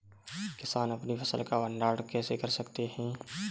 किसान अपनी फसल का भंडारण कैसे कर सकते हैं?